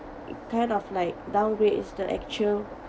it kind of like downgrades the actual